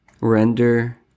Render